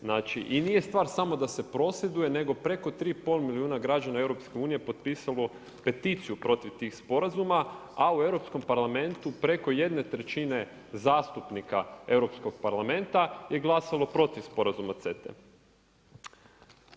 Znači i nije stvar samo da se prosvjeduje, nego preko 3,5 milijuna građana EU potpisalo peticiju protiv tih sporazuma a u Europskom parlamentu preko jedne trećine zastupnika Europskog parlamenta je glasalo protiv sporazuma CETA-e.